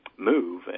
move